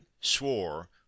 swore